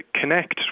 connect